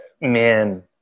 man